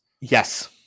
Yes